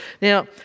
Now